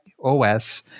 OS